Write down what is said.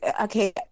okay